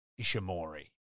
Ishimori